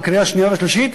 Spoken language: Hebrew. בקריאה השנייה והשלישית,